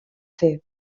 fer